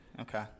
Okay